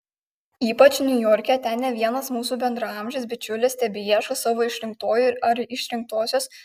ypač niujorke ten ne vienas mūsų bendraamžis bičiulis tebeieško savo išrinktojo ar išrinktosios